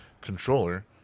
controller